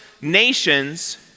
nations